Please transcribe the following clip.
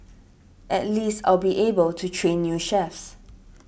at least I'll be able to train new chefs